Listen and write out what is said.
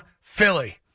Philly